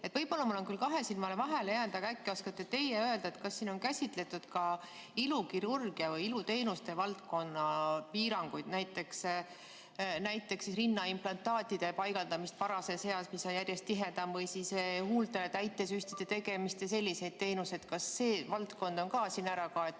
Võib-olla on mul küll see kahe silma vahele jäänud, aga äkki oskate teie öelda, kas siin on käsitletud ka ilukirurgia või iluteenuste valdkonna piiranguid, näiteks rinnaimplantaadi paigaldamist varases eas, mida tehakse järjest tihedamalt, või huulte täitesüstide tegemist ja selliseid teenuseid? Kas see valdkond on ka siin ära kaetud